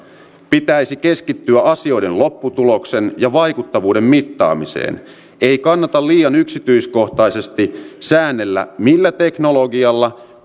pitäisi keskittyä asioiden lopputuloksen ja vaikuttavuuden mittaamiseen ei kannata liian yksityiskohtaisesti säännellä millä teknologialla